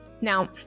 now